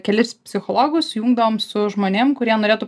kelis psichologus sujungdavom su žmonėm kurie norėtų